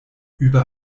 über